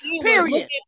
period